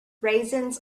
raisins